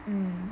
mm